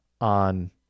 on